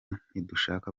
ntidushaka